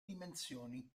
dimensioni